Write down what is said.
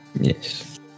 Yes